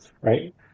Right